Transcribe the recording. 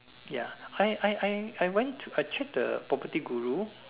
ya I I I I went I check the property guru